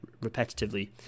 repetitively